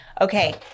okay